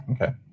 Okay